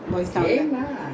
where you learn your typing